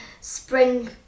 spring